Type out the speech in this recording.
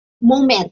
moment